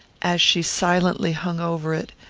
as she silently hung over it,